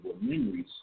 memories